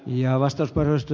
arvoisa puhemies